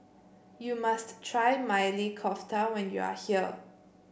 you must try Maili Kofta when you are here